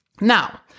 Now